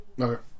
Okay